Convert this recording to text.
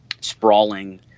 sprawling